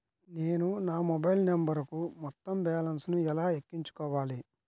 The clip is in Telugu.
నేను నా మొబైల్ నంబరుకు మొత్తం బాలన్స్ ను ఎలా ఎక్కించుకోవాలి?